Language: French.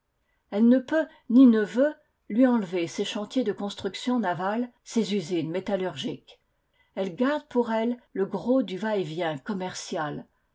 elle ne peut ni ne veut lui enlever ses chantiers de constructions navales ses usines métallurgiques elle garde pour elle le gros du va-et-vient commercial